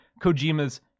kojima's